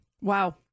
Wow